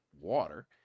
water